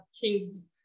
king's